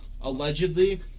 Allegedly